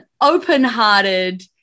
open-hearted